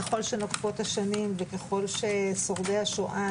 ככל שנוקפות השנים וככל ששורדי השואה,